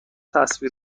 تصور